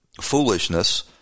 foolishness